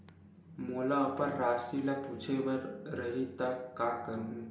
मोला अपन राशि ल पूछे बर रही त का करहूं?